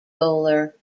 bowler